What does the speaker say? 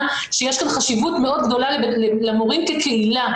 שיש כאן חשיבות מאוד גדולה למורים כקהילה,